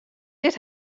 dit